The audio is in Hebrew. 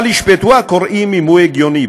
אבל ישפטו הקוראים אם הוא הגיוני.